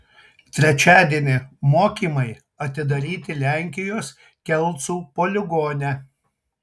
trečiadienį mokymai atidaryti lenkijos kelcų poligone